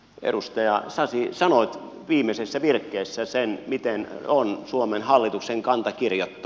edustaja sasi sanoit viimeisessä virkkeessä sen miten on suomen hallituksen kanta kirjattu